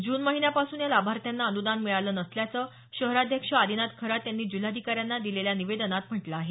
जून महिन्यापासून या लाभार्थ्यांना अनुदान मिळालं नसल्याचं शहराध्यक्ष आदिनाथ खरात यांनी जिल्हाधिकाऱ्यांना दिलेल्या निवेदनात म्हटलं आहे